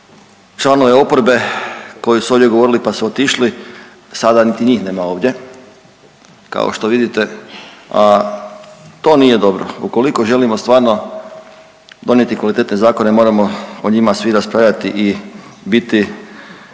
članove oporbe koji su ovdje govorili pa su otišli, sada niti njih nema ovdje kao što vidite, a to nije dobro. Ukoliko želimo stvarno donijeti kvalitetne zakone moramo o njima svi raspravljati i biti,